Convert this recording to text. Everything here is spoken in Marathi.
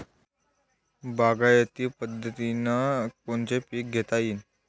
बागायती पद्धतीनं कोनचे पीक घेता येईन?